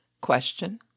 Question